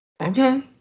Okay